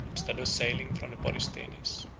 instead of sailing from the borysthenes,